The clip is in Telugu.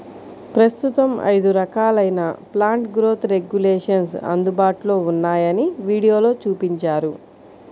ప్రస్తుతం ఐదు రకాలైన ప్లాంట్ గ్రోత్ రెగ్యులేషన్స్ అందుబాటులో ఉన్నాయని వీడియోలో చూపించారు